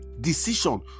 decision